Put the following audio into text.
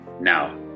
Now